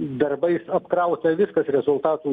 darbais apkrauta viskas rezultatų